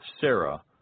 Sarah